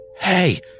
Hey